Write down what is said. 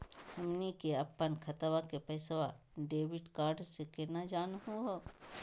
हमनी के अपन खतवा के पैसवा डेबिट कार्ड से केना जानहु हो?